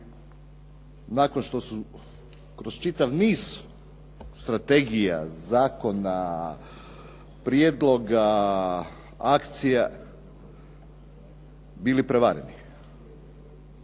nakon što su kroz čitav niz strategija, zakona, prijedloga, akcija bili prevareni.